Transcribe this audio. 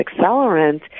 accelerant